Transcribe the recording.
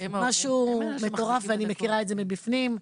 משהו מטורף ואני מכירה את זה מבפנים,